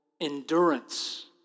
Endurance